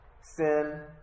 sin